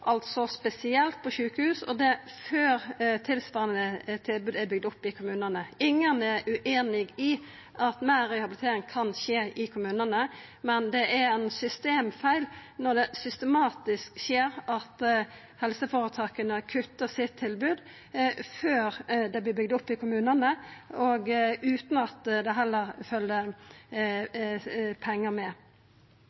kommunane. Ingen er ueinig i at meir rehabilitering kan skje i kommunane, men det er ein systemfeil når det systematisk skjer at helseføretaka kuttar tilbodet sitt før det er bygt opp i kommunane, og utan at det